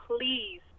please